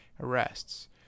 arrests